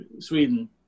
Sweden